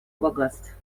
богатств